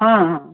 ହଁ ହଁ